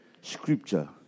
scripture